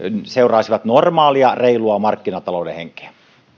seuraisivat normaalia reilua markkinatalouden henkeä